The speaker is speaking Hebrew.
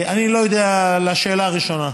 לשאלה הראשונה,